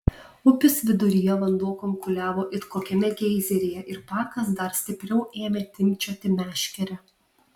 upės viduryje vanduo kunkuliavo it kokiame geizeryje ir pakas dar stipriau ėmė timpčioti meškerę